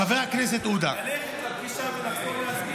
ללכת לפגישה ולחזור להצביע?